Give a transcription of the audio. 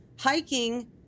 hiking